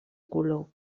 color